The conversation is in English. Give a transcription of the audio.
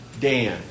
Dan